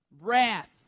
wrath